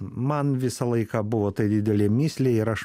man visą laiką buvo tai didelė mįslė ir aš